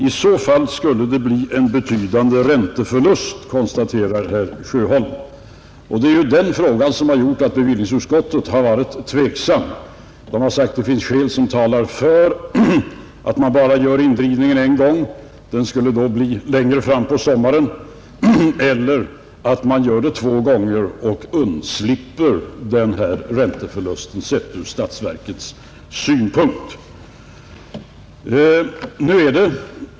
I så fall skulle det bli en betydande ränteförlust.” Det är ju den frågan som har gjort att bevillningsutskottet varit tveksamt. Utskottet har sagt att det finns skäl som talar för att göra indrivningen bara en gång — den skulle då bli längre fram på sommaren — eller att man gör den två gånger och undslipper denna ränteförlust för statsverket.